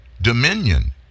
dominion